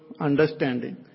understanding